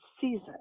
season